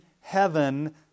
heaven